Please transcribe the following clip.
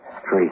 Street